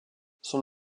son